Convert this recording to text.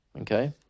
okay